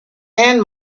and